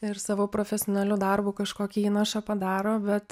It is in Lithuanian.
ir savo profesionaliu darbu kažkokį įnašą padaro bet